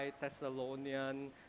Thessalonian